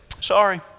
sorry